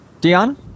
Dion